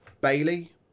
Bailey